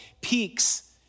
peaks